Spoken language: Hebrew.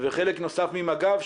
וחלק נוסף ממג"ב,